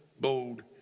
bold